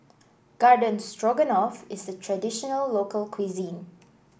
Garden Stroganoff is a traditional local cuisine